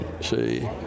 see